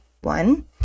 One